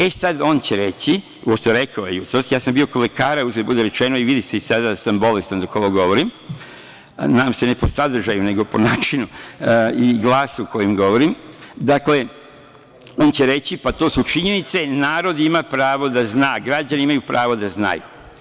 E, sad, on će reći, kao što je rekao jutros, ja sam bio kod lekara, uzgred budi rečeno, i vidi se i sada da sam bolestan dok ovo govorim, nadam se ne po sadržaju nego po načinu i glasu kojim govorim, dakle, on će reći - pa to su činjenice, narod ima pravo da zna, građani imaju pravo da znaju.